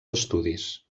estudis